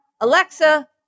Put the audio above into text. Alexa